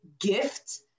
gift